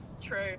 True